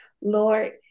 Lord